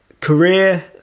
Career